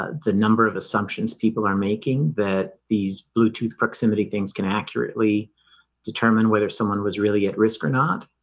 ah the number of assumptions people are making that these bluetooth proximity things can accurately determine whether someone was really at risk or not,